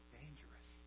dangerous